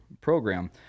program